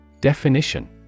Definition